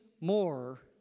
more